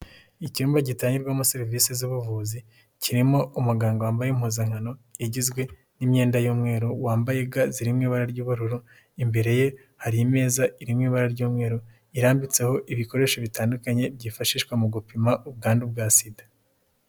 Icyumba gitangirwamo serivisi z'ubuvuzi, kirimo umuganga wambaye impuzankano igizwe n'imyenda y'umweru, wambaye ga ziri mu ibara ry'uburu, imbere ye hari imeza iri mu ibara ry'umweru, irambitseho ibikoresho bitandukanye byifashishwa mu gupima ubwandu bwa sida.